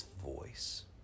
Voice